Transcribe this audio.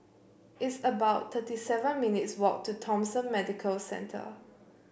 it's about thirty seven minutes' walk to Thomson Medical Centre